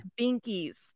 binkies